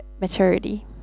maturity